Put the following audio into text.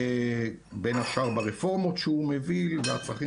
בין השאר ברפורמות שהוא מוביל והצרכים